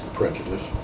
prejudice